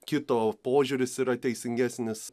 kito požiūris yra teisingesnis